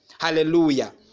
Hallelujah